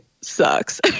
sucks